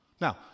Now